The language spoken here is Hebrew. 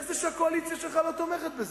איך זה שהקואליציה שלך לא תומכת בזה?